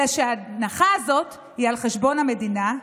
אלא שההנחה הזאת היא על חשבון המדינה,